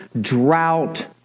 drought